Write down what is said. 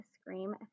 Scream